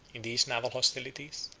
in these naval hostilities,